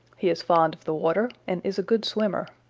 he is fond of the water and is a good swimmer.